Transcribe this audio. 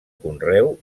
conreu